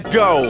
go